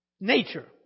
nature